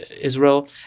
Israel